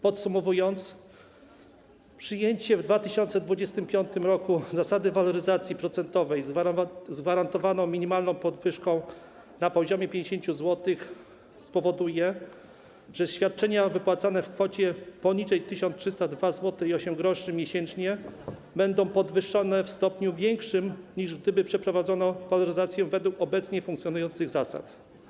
Podsumowując, przyjęcie w 2025 r. zasady waloryzacji procentowej z gwarantowaną minimalną podwyżką na poziomie 50 zł spowoduje, że świadczenia wypłacane w kwocie poniżej 1302,08 zł miesięcznie będą podwyższone w stopniu większym, niż gdyby przeprowadzono waloryzację według obecnie funkcjonujących zasad.